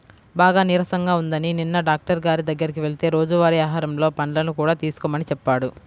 బాగా నీరసంగా ఉందని నిన్న డాక్టరు గారి దగ్గరికి వెళ్తే రోజువారీ ఆహారంలో పండ్లను కూడా తీసుకోమని చెప్పాడు